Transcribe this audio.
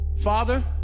Father